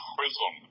Prism